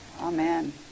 amen